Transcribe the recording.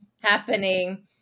happening